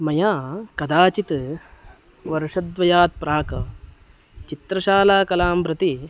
मया कदाचित् वर्षद्वयात् प्राक् चित्रशालाकलां प्रति